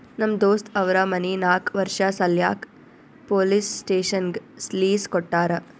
ನಮ್ ದೋಸ್ತ್ ಅವ್ರ ಮನಿ ನಾಕ್ ವರ್ಷ ಸಲ್ಯಾಕ್ ಪೊಲೀಸ್ ಸ್ಟೇಷನ್ಗ್ ಲೀಸ್ ಕೊಟ್ಟಾರ